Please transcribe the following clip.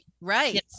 Right